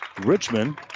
Richmond